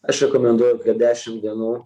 aš rekomenduoju dešim dienų